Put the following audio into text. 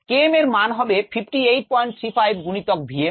K m এর মান হবে 5835 গুণিতক v m